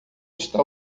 está